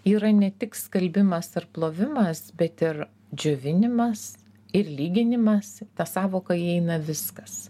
yra ne tik skalbimas ar plovimas bet ir džiovinimas ir lyginimas į tą sąvoką įeina viskas